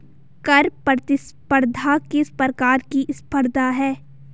कर प्रतिस्पर्धा किस प्रकार की स्पर्धा है?